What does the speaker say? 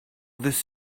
this